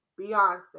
Beyonce